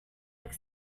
like